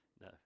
No